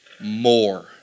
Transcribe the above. more